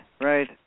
right